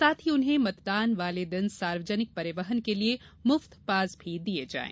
साथ ही उन्हें मतदान वाले दिन सार्वजनिक परिवहन के लिए मुफ्त पास भी दिये जायें